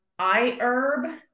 iHerb